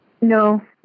No